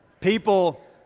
people